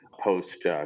post